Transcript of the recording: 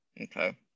Okay